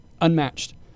unmatched